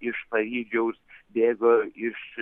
iš paryžiaus bėgo iš